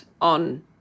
on